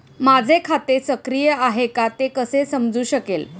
माझे खाते सक्रिय आहे का ते कसे समजू शकेल?